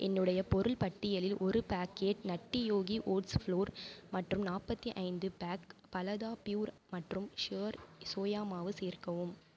என்னுடைய பொருள் பட்டியலில் ஒரு packet Nutty Yogi oats flour மற்றும் நாற்பத்தி ஐந்து பேக் பலதா ப்யூர் மற்றும் ஷுர் சோயா மாவு சேர்க்கவும்